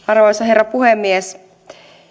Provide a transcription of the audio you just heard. arvoisa herra puhemies